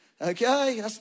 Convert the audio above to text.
Okay